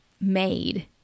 made